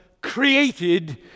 created